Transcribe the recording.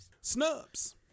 Snubs